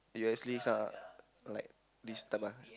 U_S leagues are this type ah